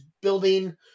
building